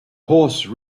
horse